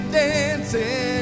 dancing